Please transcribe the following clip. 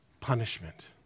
Punishment